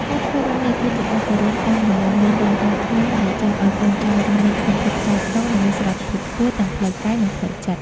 ការធ្វើបែបនេះ គឺជាការគោរពតាមដំបូន្មានដូនតាខ្មែរដែលចង់ឱ្យកូនចៅរស់នៅក្នុងភាពថ្លៃថ្នូរ និងមានសុវត្ថិភាពខ្ពស់ទាំងផ្លូវកាយ និងផ្លូវចិត្ត។